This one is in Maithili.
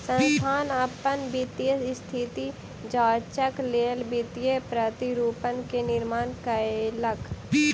संस्थान अपन वित्तीय स्थिति जांचक लेल वित्तीय प्रतिरूपण के निर्माण कयलक